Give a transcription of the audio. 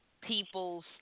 people's